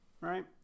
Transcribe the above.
right